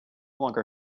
longer